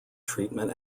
treatment